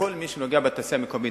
כל מי שנוגע בתעשייה המקומית.